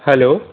hello